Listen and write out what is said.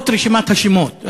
זאת רשימת השמות,